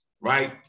right